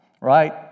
Right